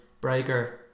Breaker